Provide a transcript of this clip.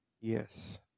yes